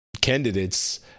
candidates